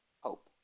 hope